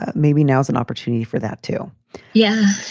ah maybe now's an opportunity for that, too yeah,